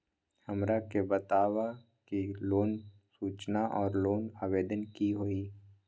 हमरा के बताव कि लोन सूचना और लोन आवेदन की होई?